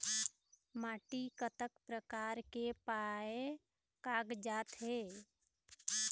माटी कतक प्रकार के पाये कागजात हे?